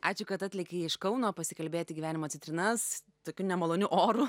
ačiū kad atlekiai iš kauno pasikalbėti gyvenimo citrinas tokiu nemaloniu oru